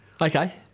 Okay